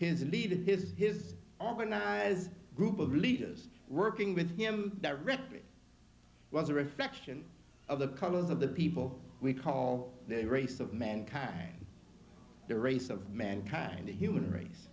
leaving his his organized group of leaders working with him that ripped it was a reflection of the colors of the people we call the race of mankind the race of mankind the human race